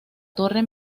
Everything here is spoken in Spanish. torre